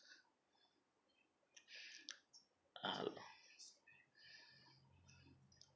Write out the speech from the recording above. uh